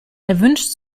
erwünscht